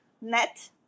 NET